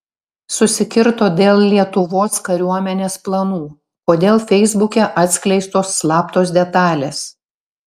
susikirto dėl lietuvos kariuomenės planų kodėl feisbuke atskleistos slaptos detalės